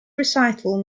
recital